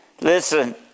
Listen